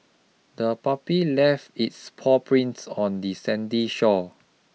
the puppy left its paw prints on the sandy shore